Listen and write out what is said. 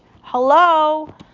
Hello